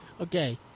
Okay